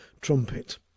trumpet